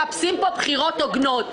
מחפשים בחירות הוגנות.